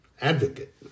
advocate